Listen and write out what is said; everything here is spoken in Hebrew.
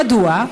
מדוע?